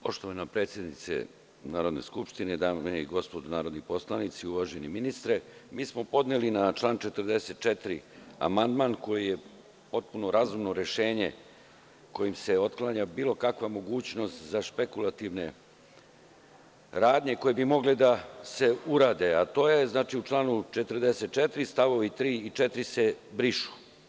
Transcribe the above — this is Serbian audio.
Poštovana predsednice Narodne skupštine, dame i gospodo narodni poslanici, uvaženi ministre, mi smo podneli na član 44. amandman koji je potpuno razumno rešenje kojim se otklanja bilo kakva mogućnost za spekulativne radnje koje bi mogle da se urade, a to je, u članu 44. st. 3. i 4. se brišu.